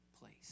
place